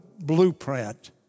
blueprint